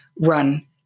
run